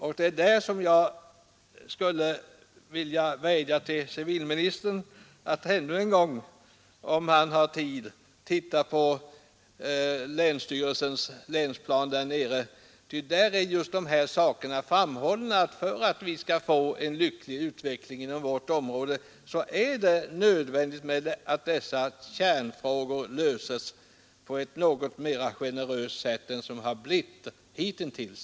Det är på den punkten som jag skulle vilja vädja till civilministern att ännu en gång, om han har tid, titta på länsstyrelsens länsplan, ty där är just de sakerna framhållna. För att vi skall få en lycklig utveckling inom vårt område är det nödvändigt att dessa kärnfrågor löses på ett något mera generöst sätt än vad fallet varit hitintills.